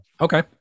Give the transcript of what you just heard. okay